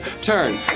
Turn